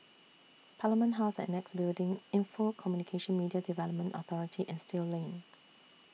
Parliament House and Annexe Building Info Communications Media Development Authority and Still Lane